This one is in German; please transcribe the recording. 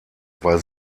war